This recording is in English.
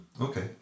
Okay